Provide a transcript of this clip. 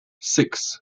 six